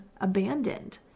abandoned